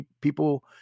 people